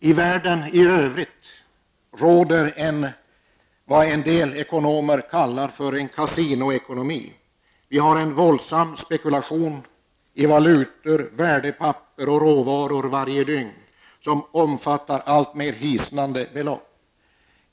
I världen i övrigt råder vad en del ekonomer kallar för en kasinoekonomi. Det pågår varje dygn en våldsam spekulation i valutor, värdepapper och råvaror, en spekulation som omfattar alltmer hisnande belopp.